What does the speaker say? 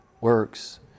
works